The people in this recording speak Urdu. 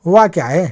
ہوا کیا ہے